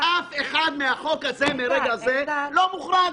אף אחד מהחוק הזה מרגע זה לא מוחרג.